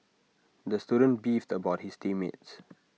the student beefed about his team mates